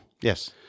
Yes